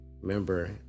remember